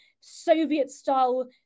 Soviet-style